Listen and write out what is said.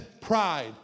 Pride